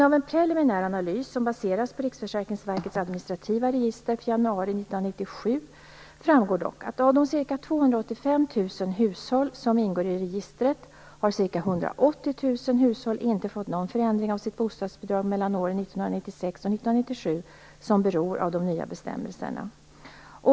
Av en preliminär analys som baseras på Riksförsäkringsverkets administrativa register för januari 1997 framgår dock att av de ca 285 000 hushåll som ingår i registret har ca 180 000 hushåll inte fått någon förändring av sina bostadsbidrag mellan åren 1996 och 1997 som beror av den nya bestämmelserna.